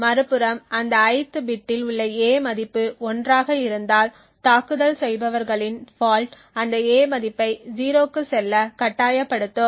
மறுபுறம் அந்த ith பிட்டில் உள்ள a மதிப்பு 1 ஆக இருந்தால் தாக்குதல் செய்பவர்களின் ஃபால்ட் அந்த a மதிப்பை 0 க்குச் செல்ல கட்டாயப்படுத்தும்